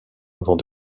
avant